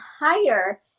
higher